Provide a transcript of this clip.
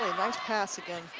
nice pass again.